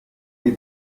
les